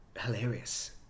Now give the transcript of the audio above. hilarious